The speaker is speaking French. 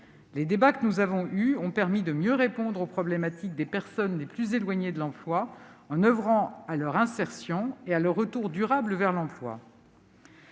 Les débats que nous avons eus ont permis de mieux répondre aux problématiques des personnes les plus éloignées de l'emploi, en oeuvrant à leur insertion et à leur retour durable vers l'emploi.